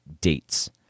dates